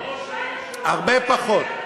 עשית אולי יותר מכמעט כל אחד אחר למען חינוך שוויוני,